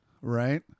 Right